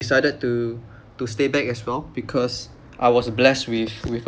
decided to to stay back as well because I was blessed with with